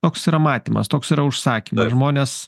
toks yra matymas toks yra užsakymas žmonės